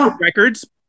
records